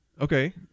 Okay